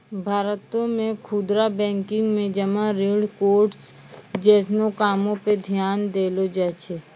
भारतो मे खुदरा बैंकिंग मे जमा ऋण कार्ड्स जैसनो कामो पे ध्यान देलो जाय छै